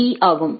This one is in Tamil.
பீ ஆகும்